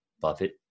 Buffett